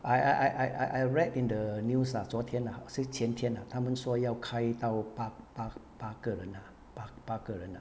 I I I I I read in the news ah 昨天 ah 是前天 ah 他们说要开到八八八个人啊八个人啊